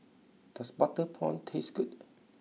does Butter Prawn taste good